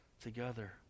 together